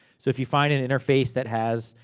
so, if you find an interface that has,